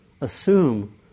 assume